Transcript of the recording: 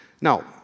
Now